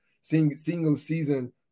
single-season